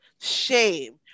shame